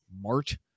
mart